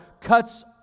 cuts